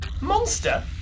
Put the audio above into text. Monster